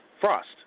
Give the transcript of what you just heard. Frost